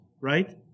right